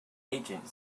agent